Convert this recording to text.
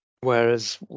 whereas